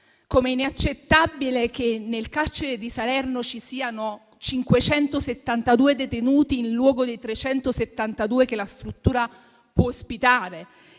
Come è inaccettabile che nel carcere di Salerno ci siano 572 detenuti in luogo dei 372 che la struttura può ospitare.